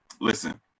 Listen